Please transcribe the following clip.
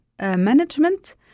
Management